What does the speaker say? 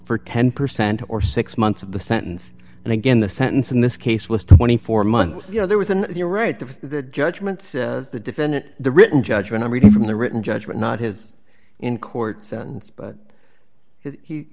for ten percent or six months of the sentence and again the sentence in this case was twenty four months you know there was and you're right the judgement the defendant the written judgment i'm reading from the written judgment not his in court s